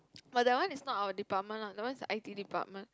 but that one is not our department lah that one is i_t department